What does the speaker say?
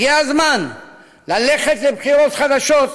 הגיע הזמן ללכת לבחירות חדשות,